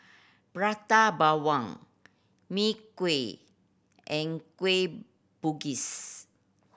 Prata Bawang Mee Kuah and Kueh Bugis